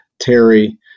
Terry